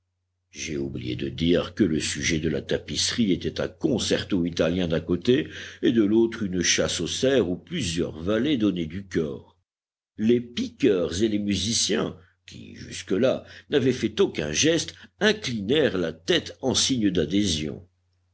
j'ai oublié de dire que le sujet de la tapisserie était un concerto italien d'un côté et de l'autre une chasse au cerf où plusieurs valets donnaient du cor les piqueurs et les musiciens qui jusque-là n'avaient fait aucun geste inclinèrent la tête en signe d'adhésion